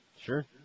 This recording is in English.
Sure